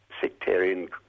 sectarian